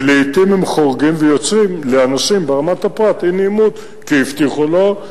ולעתים הם חורגים ויוצרים לאנשים ברמת הפרט אי-נעימות כי הבטיחו לו,